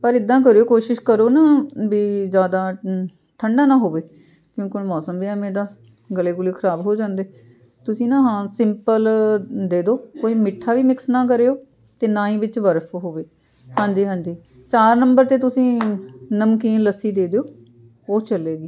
ਪਰ ਇੱਦਾਂ ਕਰਿਓ ਕੋਸ਼ਿਸ਼ ਕਰੋ ਨਾ ਵੀ ਜ਼ਿਆਦਾ ਠੰਡਾ ਨਾ ਹੋਵੇ ਕਿਉਂਕਿ ਹੁਣ ਮੌਸਮ ਵੀ ਐਵੇਂ ਦਾ ਗਲੇ ਗੁਲੇ ਖਰਾਬ ਹੋ ਜਾਂਦੇ ਤੁਸੀਂ ਨਾ ਹਾਂ ਸਿੰਪਲ ਦੇ ਦਿਉ ਕੋਈ ਮਿੱਠਾ ਵੀ ਮਿਕਸ ਨਾ ਕਰਿਓ ਅਤੇ ਨਾ ਹੀ ਵਿੱਚ ਬਰਫ ਹੋਵੇ ਹਾਂਜੀ ਹਾਂਜੀ ਚਾਰ ਨੰਬਰ 'ਤੇ ਤੁਸੀਂ ਨਮਕੀਨ ਲੱਸੀ ਦੇ ਦਿਓ ਉਹ ਚੱਲੇਗੀ